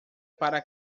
para